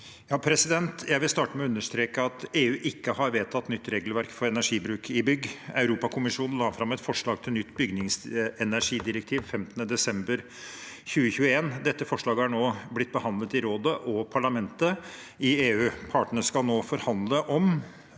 Jeg vil starte med å understreke at EU ikke har vedtatt nytt regelverk for energibruk i bygg. Europakommisjonen la fram et forslag til nytt bygningsenergidirektiv 15. desember 2021. Dette forslaget er nå blitt behandlet i rådet og parlamentet i EU. Partene skal nå forhandle om